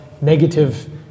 negative